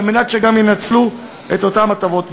כדי שהם גם ינצלו את אותן הטבות מס.